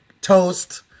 toast